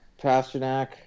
Pasternak